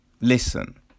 Listen